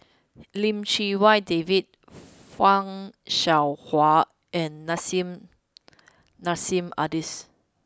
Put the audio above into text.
Lim Chee Wai David Fan Shao Hua and Nissim Nassim Adis